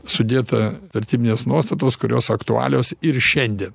sudėta vertybinės nuostatos kurios aktualios ir šiandien